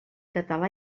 català